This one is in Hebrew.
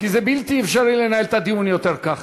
אבל זה בלתי אפשרי לנהל את הדיון כך.